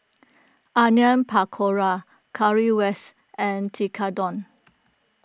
Onion Pakora Currywurst and Tekkadon